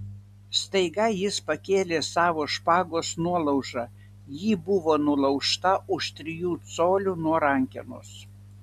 staiga jis pakėlė savo špagos nuolaužą ji buvo nulaužta už trijų colių nuo rankenos